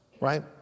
right